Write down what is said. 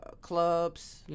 clubs